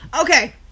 Okay